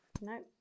No